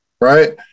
right